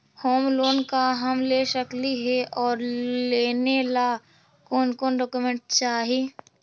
Home loan का हम ले सकली हे, और लेने ला कोन कोन डोकोमेंट चाही?